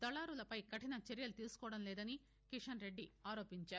దళారులపై కఠినచర్యలు తీసుకోవడంలేదని కిషన్ రెడ్లి ఆరోపించారు